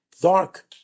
Dark